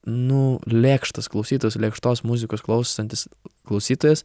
nu lėkštas klausytas lėkštos muzikos klausantis klausytojas